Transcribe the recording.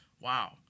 Wow